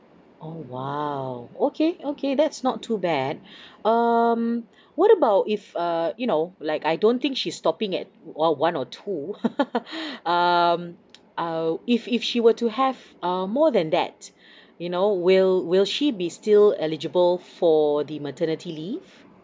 oh !wow! okay okay that's not too bad um what about if err you know like I don't think she's stopping at a one or two um uh if if she were to have err more than that you know will will she be still eligible for the maternity leave